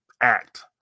act